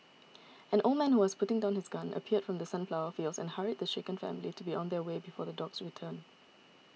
an old man who was putting down his gun appeared from the sunflower fields and hurried the shaken family to be on their way before the dogs return